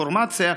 באינפורמציה.